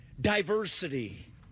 diversity